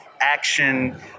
action